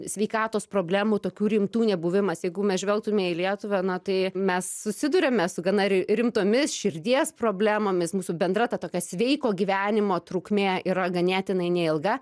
sveikatos problemų tokių rimtų nebuvimas jeigu mes žvelgtume į lietuvą na tai mes susiduriame su gana rimtomis širdies problemomis mūsų bendra ta tokia sveiko gyvenimo trukmė yra ganėtinai neilga